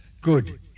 good